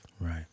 Right